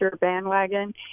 bandwagon